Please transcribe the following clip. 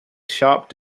sharp